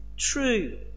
True